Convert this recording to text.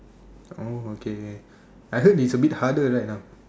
oh okay okay I heard it's a bit harder right now